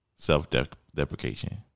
Self-deprecation